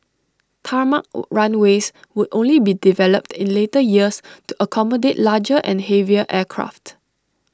tarmac runways would only be developed in later years to accommodate larger and heavier aircraft